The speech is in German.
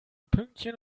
pünktchen